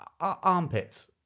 Armpits